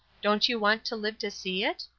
don't you want to live to see it?